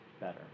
better